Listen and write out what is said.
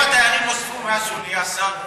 אתה יודע כמה תיירים נוספו מאז שהוא נהיה שר?